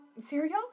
cereal